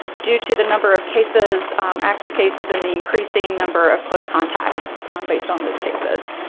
due to the number of cases active cases and the increasing number of close contacts based on those cases.